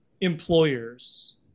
employers